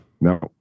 No